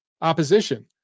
opposition